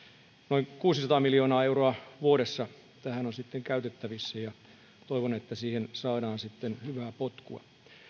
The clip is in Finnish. noin kuusisataa miljoonaa euroa vuodessa tähän on käytettävissä ja toivon että siihen saadaan sitten hyvää potkua